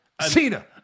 Cena